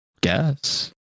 guess